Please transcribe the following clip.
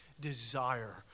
desire